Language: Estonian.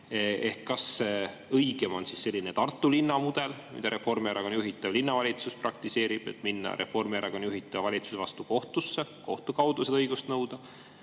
Kas õigem on siis selline Tartu linna mudel, mida Reformierakonna juhitav linnavalitsus praktiseerib, et tuleks minna Reformierakonna juhitava valitsuse vastu kohtusse, kohtu kaudu seda õigust nõuda,